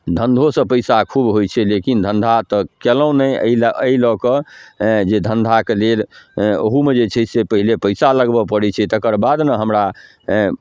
धन्धोसँ पइसा खूब होइ छै लेकिन धन्धा तऽ कएलहुँ नहि अएलै एहि लऽ कऽ हेँ जे धन्धाके लेल हेँ ओहूमे जे छै से पहिले पइसा लगबऽ पड़ै छै तकर बाद ने हमरा हेँ